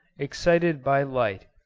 excited by light,